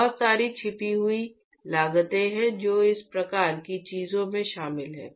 बहुत सारी छिपी हुई लागतें हैं जो इस प्रकार की चीजों में शामिल हैं